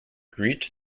greet